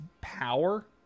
power